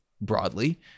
broadly